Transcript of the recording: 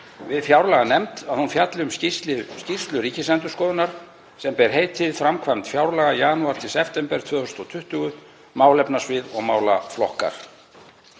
við fjárlaganefnd að hún fjalli um skýrslu Ríkisendurskoðunar sem ber heitið Framkvæmd fjárlaga, janúar til september 2020, málefnasvið og málaflokkar.